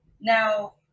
Now